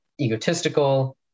egotistical